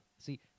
See